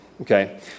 okay